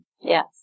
Yes